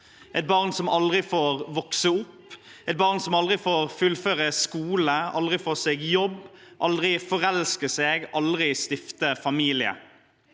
et barn som aldri får vokse opp, et barn som aldri får fullføre skole, aldri får seg jobb, aldri får forelske seg, aldri får stifte familie.